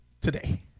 today